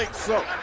like so.